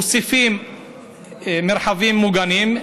מוסיפים מרחבים מוגנים,